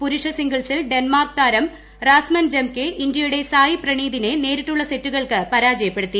പുരുഷ സിംഗിൾസിൽ ഡെൻമാർക്ക് താരം റാസ്മൻ ജെംകെ ഇന്ത്യയുടെ സായിപ്രണീതിനെ നേരിട്ടുള്ള സെറ്റുകൾക്ക് പരാജയപ്പെടുത്തി